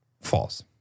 false